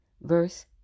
verse